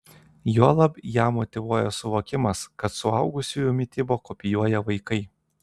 juolab ją motyvuoja suvokimas kad suaugusiųjų mitybą kopijuoja vaikai